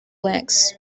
legs